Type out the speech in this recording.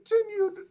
continued